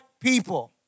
people